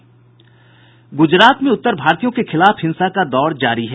गुजरात में उत्तर भारतीयों के खिलाफ हिंसा का दौर जारी है